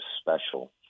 special